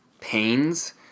pains